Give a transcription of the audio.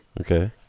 Okay